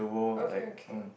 okay okay